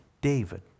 David